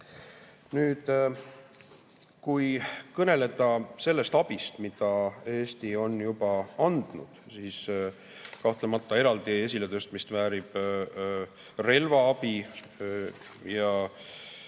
Nüüd, kui kõneleda sellest abist, mida Eesti on juba andnud, siis kahtlemata eraldi esiletõstmist väärib relvaabi.